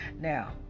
Now